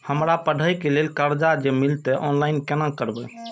हमरा पढ़े के लेल कर्जा जे मिलते ऑनलाइन केना करबे?